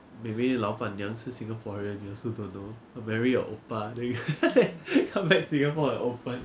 maybe 老板娘是 singaporean you also don't know marry oppa then come back singapore and open